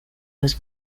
was